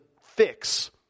fix